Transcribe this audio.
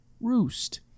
roost